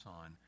on